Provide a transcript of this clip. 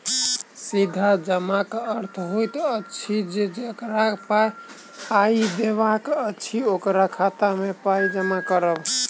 सीधा जमाक अर्थ होइत अछि जे जकरा पाइ देबाक अछि, ओकरा खाता मे पाइ जमा करब